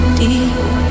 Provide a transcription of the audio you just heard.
deep